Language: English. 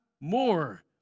more